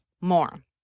more